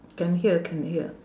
can hear can hear